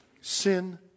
sin